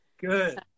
Good